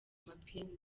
amapingu